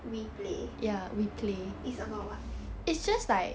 we play it's about what